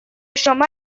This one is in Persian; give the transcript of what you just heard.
شما